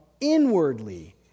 inwardly